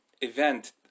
event